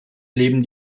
leben